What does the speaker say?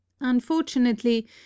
Unfortunately